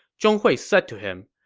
zhong hui said to him,